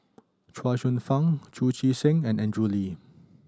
Chuang Hsueh Fang Chu Chee Seng and Andrew Lee